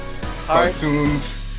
Cartoons